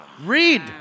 Read